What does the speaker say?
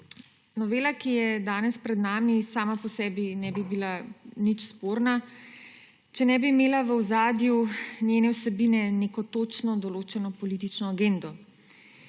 Novela, ki je danes pred nami, sama po sebi ne bi bila nič sporna, če ne bi imela v ozadju njene vsebine neko točno določeno politično agendo.